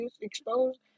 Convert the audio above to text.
exposed